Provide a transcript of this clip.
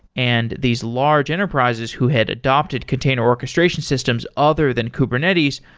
and these large enterprises who had adopted container orchestration systems other than kubernetes,